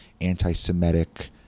anti-Semitic